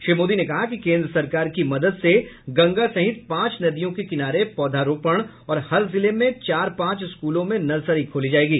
श्री मोदी ने कहा कि केन्द्र सरकार की मदद से गंगा सहित पांच नदियों के किनारे पौधारोपण और हर जिले में चार पांच स्कूलों में नर्सरी खोली जायेगी